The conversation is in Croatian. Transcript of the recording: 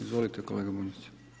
Izvolite kolega Bunjac.